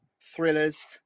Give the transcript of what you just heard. thrillers